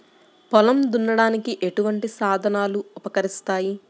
పొలం దున్నడానికి ఎటువంటి సాధనాలు ఉపకరిస్తాయి?